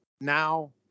now